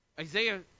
Isaiah